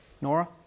Nora